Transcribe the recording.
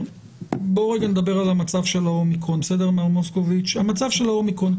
בואו נדבר על המצב של ה-אומיקרון ולגבי המצב של ה-אומיקרון,